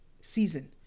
season